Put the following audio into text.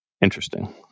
Interesting